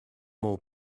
more